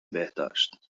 بهداشت